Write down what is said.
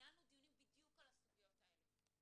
ניהלנו דיונים בדיוק על הסוגיות הללו,